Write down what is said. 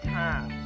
time